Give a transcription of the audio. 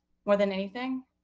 more than anything,